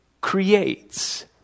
creates